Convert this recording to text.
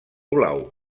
blau